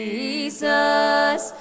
Jesus